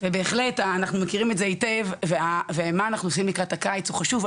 ובהחלט אנחנו מכירים את זה היטב ומה אנחנו עושים לקראת הקיץ הוא חשוב,